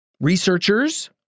researchers